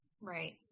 Right